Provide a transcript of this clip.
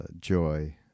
joy